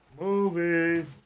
Movie